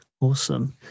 Awesome